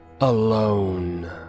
alone